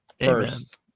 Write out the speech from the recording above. first